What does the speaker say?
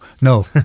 No